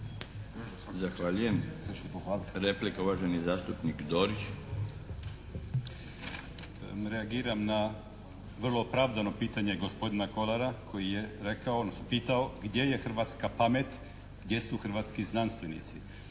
Zahvaljujem. Replika, uvaženi zastupnik Dorić. **Dorić, Miljenko (HNS)** Reagiram na vrlo opravdano pitanje gospodina Kolara koji je rekao, pitao gdje je hrvatska pamet, gdje su hrvatski znanstvenici.